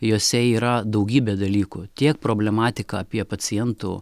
jose yra daugybė dalykų tiek problematika apie pacientų